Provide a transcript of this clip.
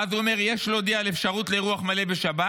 ואז הוא אומר: יש להודיע על אפשרות לאירוח מלא בשבת,